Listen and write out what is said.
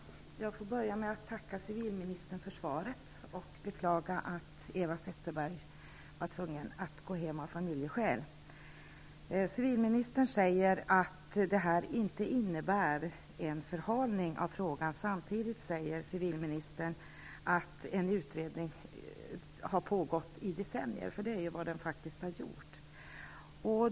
Herr talman! Jag får börja med att tacka civilministern för svaret och beklaga att Eva Zetterberg var tvungen att gå hem, av familjeskäl. Civilministern säger att regeringsbeslutet inte innebär en förhalning av frågan, men samtidigt säger hon att en utredning har pågått i decennier -- det har den faktiskt gjort.